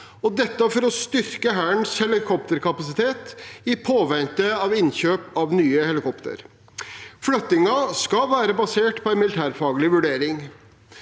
Bardufoss for å styrke Hærens helikopterkapasitet i påvente av innkjøp av nye helikoptre. Flyttingen skal være basert på en militærfaglig vurdering.